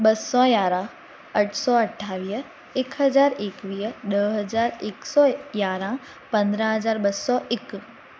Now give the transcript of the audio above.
ॿ सौ यारहां अठ सौ अठावीह हिकु हज़ार एक्वीह ॾह हज़ार हिकु सौ यारहां पंदरहां हज़ार हिकु सौ हिकु